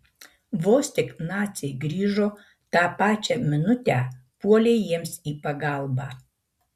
vos tik naciai grįžo tą pačią minutę puolei jiems į pagalbą